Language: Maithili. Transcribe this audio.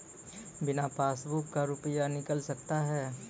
बिना पासबुक का रुपये निकल सकता हैं?